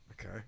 Okay